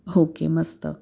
okay मस्त